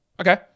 Okay